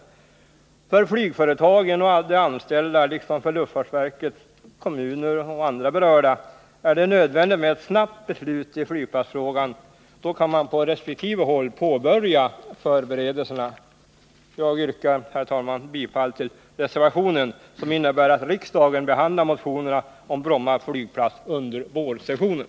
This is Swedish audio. För flygföretagen och de anställda liksom för luftfartsverket, kommuner och andra berörda är det nödvändigt med ett snabbt beslut i flygplansfrågan. Då kan man på resp. håll påbörja förberedelserna. Jag yrkar, herr talman, bifall till reservationen, som innebär att riksdagen behandlar motionerna om Bromma flygplats under vårsessionen.